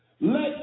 Let